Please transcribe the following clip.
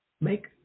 make